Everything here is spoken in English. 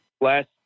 last